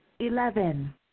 Eleven